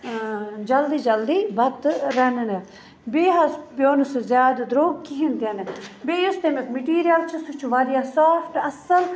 جلدی حلدی بتہٕ رَنٕنہٕ بیٚیہِ حظ پیوٚو نہٕ سُہ زیادٕ درٛوٚگ کِہیٖنۍ تہِ نہٕ بیٚیہِ یُس تَمیُک مِٹیٖریَل چھُ سُہ چھُ واریاہ سافٹ اَصٕل